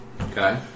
Okay